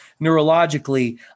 neurologically